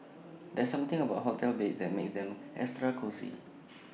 there's something about hotel beds that makes them extra cosy